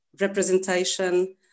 representation